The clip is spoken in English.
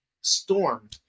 storm